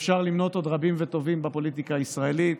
בבקשה.